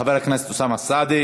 חבר הכנסת אוסאמה סעדי.